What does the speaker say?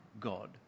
God